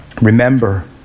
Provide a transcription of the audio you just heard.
remember